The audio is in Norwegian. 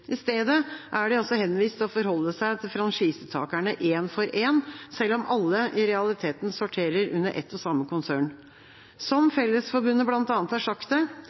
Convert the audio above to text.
I stedet er de henvist til å forholde seg til franchisetakerne én for én, selv om alle i realiteten sorterer under ett og samme konsern. Som bl.a. Fellesforbundet